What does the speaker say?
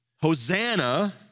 Hosanna